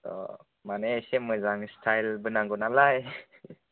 अ माने एसे मोजां स्टायलबो नांगौ नालाय